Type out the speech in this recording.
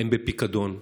הם בפיקדון אצלו,